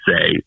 say